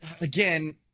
again